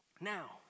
Now